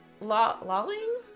lolling